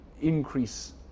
increase